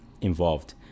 involved